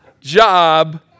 job